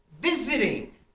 visiting